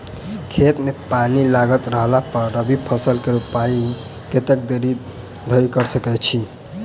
खेत मे पानि लागल रहला पर रबी फसल केँ रोपाइ कतेक देरी धरि कऽ सकै छी?